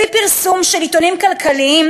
לפי פרסום של עיתונים כלכליים,